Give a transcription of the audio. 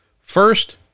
first